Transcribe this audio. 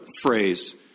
phrase